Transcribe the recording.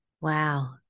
wow